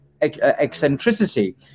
eccentricity